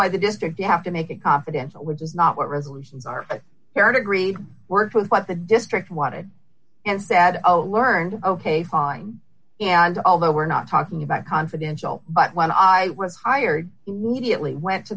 by the district you have to make a confidential which is not what resolutions are there to greet work with what the district what it and said oh learned ok fine and although we're not talking about confidential but when i was hired immediately went to